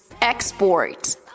export